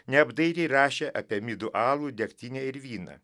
neapdairiai rašę apie midų alų degtinę ir vyną